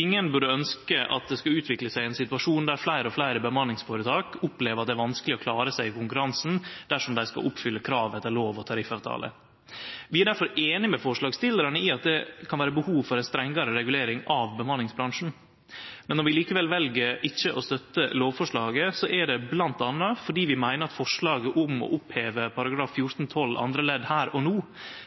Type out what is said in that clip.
Ingen burde ønskje at det skal utvikle seg ein situasjon der fleire og fleire bemanningsføretak opplever at det er vanskeleg å klare seg i konkurransen dersom dei skal oppfylle krav etter lov og tariffavtale. Vi er difor einige med forslagsstillarane i at det kan vere behov for ei strengare regulering av bemanningsbransjen, men når vi likevel vel ikkje å støtte lovforslaget, er det bl.a. fordi vi meiner at forslaget om å oppheve § 14-12 andre ledd her og no